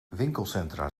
winkelcentra